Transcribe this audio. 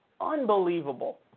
Unbelievable